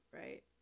right